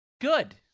Good